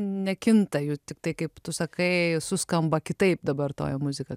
nekinta jų tiktai kaip tu sakai suskamba kitaip dabar toji muzika